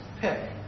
pick